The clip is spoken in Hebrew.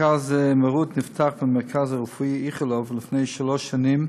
מרכז "מראות" נפתח במרכז הרפואי איכילוב לפני שלוש שנים